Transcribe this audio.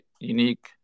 unique